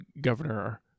governor